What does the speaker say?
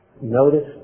notice